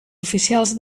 oficials